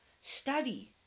Study